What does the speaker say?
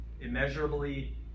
immeasurably